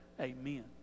Amen